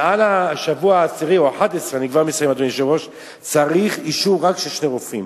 מעל השבוע העשירי או ה-11 צריך אישור רק של שני רופאים.